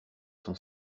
son